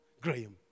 Graham